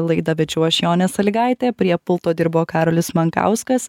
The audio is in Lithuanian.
laidą vedžiau aš jonė sąlygaitė prie pulto dirbo karolis mankauskas